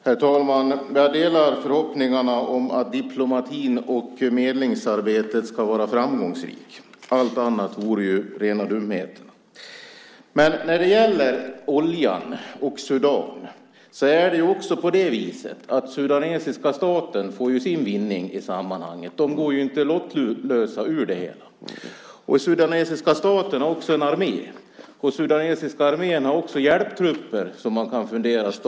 Herr talman! Jag delar förhoppningarna om att diplomatin och medlingsarbetet ska vara framgångsrikt. Allt annat vore rena dumheterna. Men när det gäller oljan och Sudan så får ju den sudanesiska staten sin vinning i sammanhanget. Den går inte lottlös ur detta. Och den sudanesiska staten har också en armé, och den sudanesiska armén har också hjälptrupper vilkas status man kan fundera på.